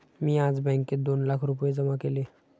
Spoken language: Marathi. मी आज बँकेत दोन लाख रुपये जमा केले